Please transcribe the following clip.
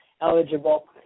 eligible